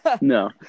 No